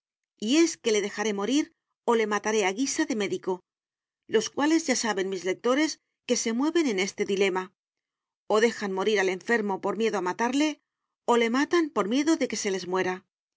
y es que le dejaré morir o le mataré a guisa de médico los cuales ya saben mis lectores que se mueven en este dilema o dejan morir al enfermo por miedo a matarle o le matan por miedo de que se les muera